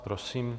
Prosím.